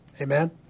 Amen